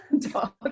dog